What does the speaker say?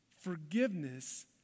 Forgiveness